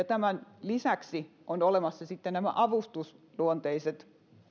tämän lisäksi ovat olemassa sitten nämä avustusluonteiset